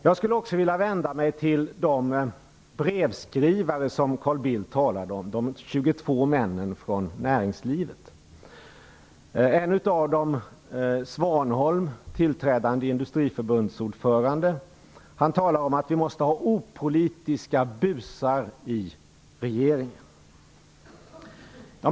Jag skulle också vilja vända mig till de brevskrivare som Carl Bildt talade om - de 22 männen från näringslivet. En av dem - Svanholm, tillträdande Industriförbundsordförande - talar om att vi måste ha opolitiska busar i regeringen.